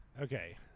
okay